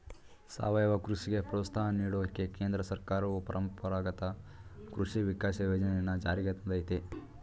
ಸಾವಯವ ಕೃಷಿಗೆ ಪ್ರೋತ್ಸಾಹ ನೀಡೋಕೆ ಕೇಂದ್ರ ಸರ್ಕಾರವು ಪರಂಪರಾಗತ ಕೃಷಿ ವಿಕಾಸ ಯೋಜನೆನ ಜಾರಿಗ್ ತಂದಯ್ತೆ